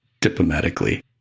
diplomatically